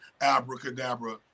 Abracadabra